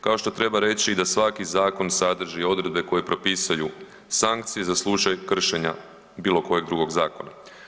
Kao što treba reći i da svaki zakon sadrži odredbe koje propisuju sankcije za slučaj kršenja bilo kojeg drugog zakona.